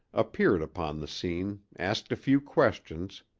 appeared upon the scene, asked a few questions,